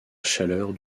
chaleur